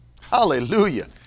Hallelujah